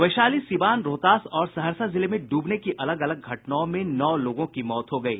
वैशाली सीवान रोहतास और सहरसा जिले में डूबने की अलग अलग घटनाओं में नौ लोगों की मौत हो गयी